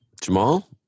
Jamal